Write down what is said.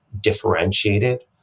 differentiated